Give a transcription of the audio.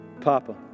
Papa